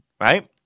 right